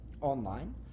online